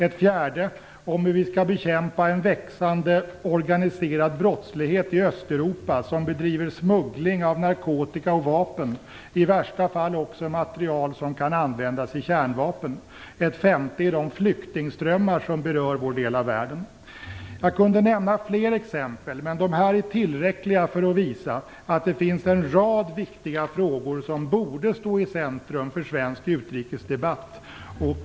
Ett fjärde handlar om hur vi skall bekämpa en växande organiserad brottslighet i Östeuropa, där det bedrivs smuggling av narkotika och vapen, i värsta fall också material som kan användas i kärnvapen. Ett femte är de flyktingströmmar som berör vår del av världen. Jag kan nämna fler exempel, men dessa är tillräckliga för att visa att det finns en rad viktiga frågor som borde stå i centrum för svensk utrikesdebatt.